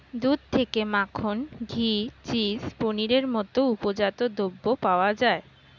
দুধ থেকে মাখন, ঘি, চিজ, পনিরের মতো উপজাত দ্রব্য পাওয়া যায়